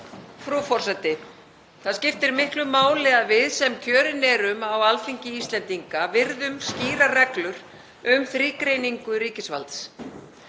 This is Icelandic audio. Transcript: Frú forseti. Það skiptir miklu máli að við sem kjörin erum á Alþingi Íslendinga virðum skýrar reglur um þrígreiningu ríkisvalds.